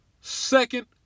Second